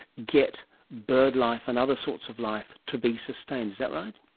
get bird life and other sorts of life to be sustained. is that right?